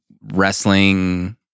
wrestling